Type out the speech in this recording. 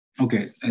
Okay